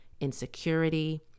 insecurity